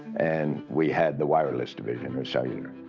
and we had the wireless division of cellular.